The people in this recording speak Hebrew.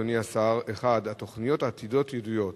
אדוני השר: התוכניות העתידיות ידועות,